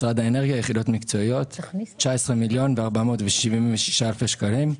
משרד האנרגיה, יחידות מקצועיות, 19,476,000 שקלים.